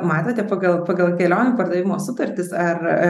matote pagal pagal kelionių pardavimo sutartis ar